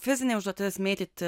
fizinė užduotis mėtyti